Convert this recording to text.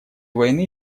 войны